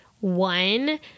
One